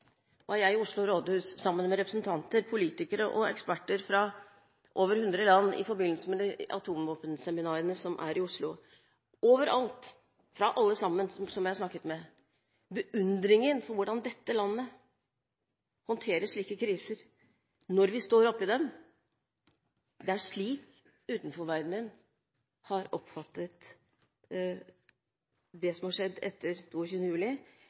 jeg i Oslo rådhus sammen med representanter, politikere og eksperter fra over 100 land i forbindelse med atomvåpenseminarene som nå pågår i Oslo, og alle jeg snakket med uttrykte beundring for hvordan vi i dette landet håndterer slike kriser når vi står oppe i dem. Det er slik omverdenen har oppfattet det som har skjedd etter 22. juli.